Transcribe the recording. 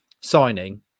signing